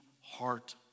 heart